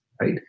right